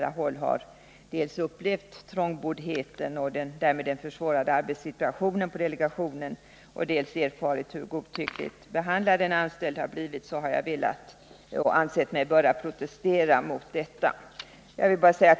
Jag har på nära håll dels upplevt trångboddheten och den därigenom försvårade arbetssituationen på delegationen, dels erfarit hur godtyckligt behandlad en anställd har blivit, och då har jag ansett mig böra protestera mot detta.